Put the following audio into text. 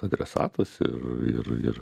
adresatas ir ir ir